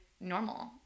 normal